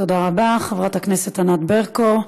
תודה רבה, חברת הכנסת ענת ברקו.